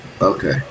Okay